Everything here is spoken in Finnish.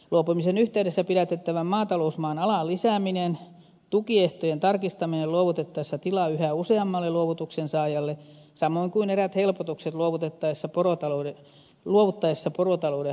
luopumisen yhteydessä pidätettävän maatalousmaan alan lisääminen tukiehtojen tarkistaminen luovutettaessa tila yhä useammalle luovutuksensaajalle samoin kuin eräät helpotukset luovuttaessa porotalouden harjoittamisesta